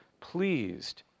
pleased